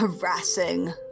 harassing